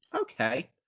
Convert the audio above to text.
Okay